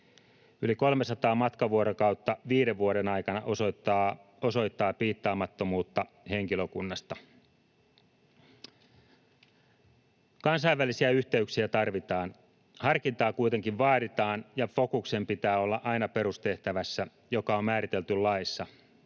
Yli 300 matkavuorokautta 5 vuoden aikana osoittaa piittaamattomuutta henkilökunnasta. Kansainvälisiä yhteyksiä tarvitaan. Harkintaa kuitenkin vaaditaan, ja fokuksen pitää olla aina perustehtävässä, joka on määritelty laissa.